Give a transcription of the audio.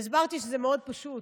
והסברתי שזה מאוד פשוט: